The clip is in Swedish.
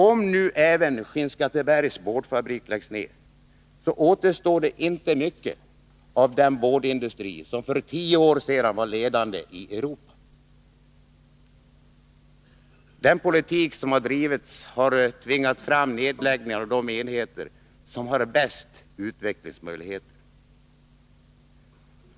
Om nu även Skinnskattebergs boardfabrik läggs ned, återstår inte mycket av den boardindustri som för tio år sedan var ledande i Europa. Den politik som drivits har tvingat fram nedläggningar av de enheter som har de bästa utvecklingsmöjligheterna.